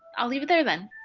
i'll leave it there then.